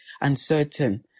uncertain